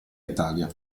italia